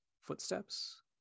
footsteps